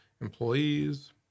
employees